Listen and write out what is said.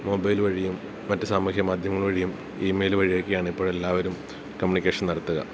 mobile വഴിയും മറ്റ് സാമൂഹ്യ മാദ്ധ്യമങ്ങൾ വഴിയും ഇമെയിൽ വഴിയൊക്കെയാണിപ്പൊഴെല്ലാവരും കമ്മ്യൂണിക്കേഷൻ നടത്തുക